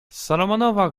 salomonowa